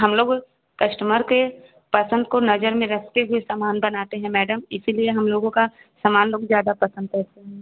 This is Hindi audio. हम लोग कश्टमर के पसंद को नजर में रखते हुए समान बनाते हैं मैडम इसलिए हम लोगों का समान लोग ज़्यादा पसंद करते हैं